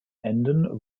enden